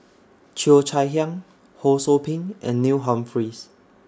Cheo Chai Hiang Ho SOU Ping and Neil Humphreys